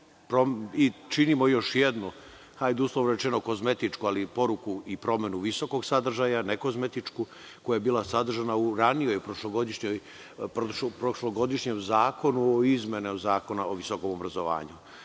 i činimo još jednu, hajde uslovno rečeno kozmetičku, ali poruku i promenu visokog sadržaja, ne kozmetičku koja je bila sadržana u ranijem prošlogodišnjem zakonu i izmenama Zakona o visokom obrazovanju. Ovo